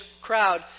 crowd